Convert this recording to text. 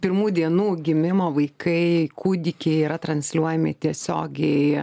pirmų dienų gimimo vaikai kūdikiai yra transliuojami tiesiogiai